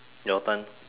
your turn